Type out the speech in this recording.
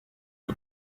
que